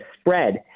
spread